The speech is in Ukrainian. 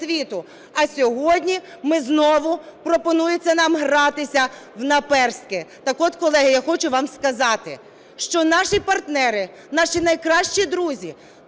а сьогодні знову пропонується нам гратися в наперстки. Так от, колеги, я хочу вам сказати, що наші партнери, наші найкращі друзі